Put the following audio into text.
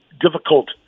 difficult